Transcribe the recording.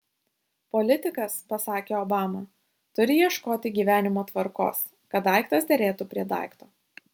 politikas pasakė obama turi ieškoti gyvenimo tvarkos kad daiktas derėtų prie daikto